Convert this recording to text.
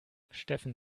steffen